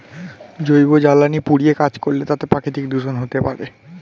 জৈব জ্বালানি পুড়িয়ে কাজ করলে তাতে প্রাকৃতিক দূষন হতে পারে